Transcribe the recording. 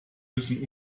müssen